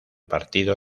partido